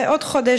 אחרי עוד חודש,